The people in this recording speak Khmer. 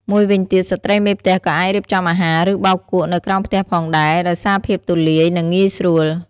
មួយវិញទៀត ស្ត្រីមេផ្ទះក៏អាច រៀបចំអាហារ ឬ បោកគក់ នៅក្រោមផ្ទះផងដែរ ដោយសារភាពទូលាយ និងងាយស្រួល ។